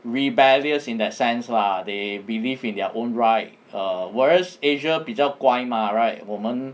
rebellious in that sense lah they believe in their own right err whereas asia 比较乖 mah right 我们